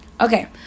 Okay